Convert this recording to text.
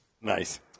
Nice